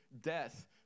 death